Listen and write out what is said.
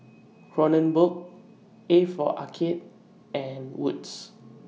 Kronenbourg A For Arcade and Wood's